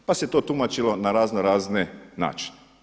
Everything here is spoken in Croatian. Pa se to tumačilo na raznorazne načine.